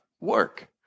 work